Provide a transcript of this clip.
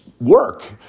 work